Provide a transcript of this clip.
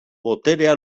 boterea